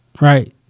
Right